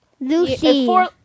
Lucy